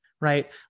right